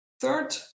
third